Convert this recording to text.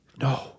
No